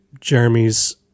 Jeremy's